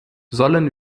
sollen